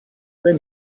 then